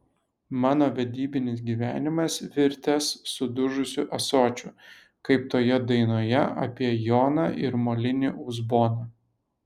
mano vedybinis gyvenimas virtęs sudužusiu ąsočiu kaip toje dainoje apie joną ir molinį uzboną